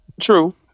true